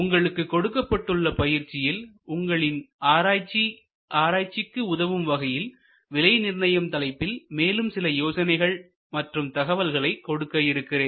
உங்களுக்கு கொடுக்கப்பட்டுள்ள பயிற்சியில் உங்களின் ஆராய்ச்சிக்கு உதவும் வகையில் விலை நிர்ணயம் தலைப்பில் மேலும் சில யோசனைகள் மற்றும் தகவல்களை கொடுக்க இருக்கிறேன்